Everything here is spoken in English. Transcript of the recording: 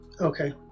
Okay